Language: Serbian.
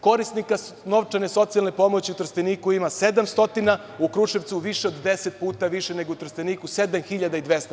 Korisnika socijalne novčane pomoći u Trsteniku ima 700, u Kruševcu više od 10 puta nego u Trsteniku, 7.200.